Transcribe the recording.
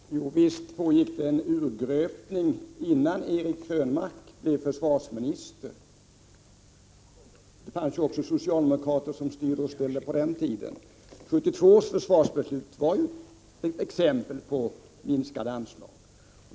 Herr talman! Visst pågick en urgröpning innan Eric Krönmark blev försvarsminister! Det fanns socialdemokrater som styrde och ställde också på den tiden. 1972 års försvarsbeslut var ett exempel på minskade anslag.